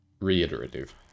reiterative